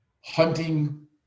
hunting